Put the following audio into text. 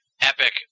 epic